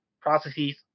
processes